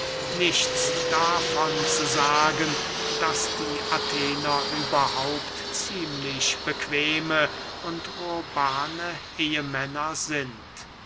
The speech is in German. nichts davon zu sagen daß die athener überhaupt ziemlich bequeme und urbane ehemänner sind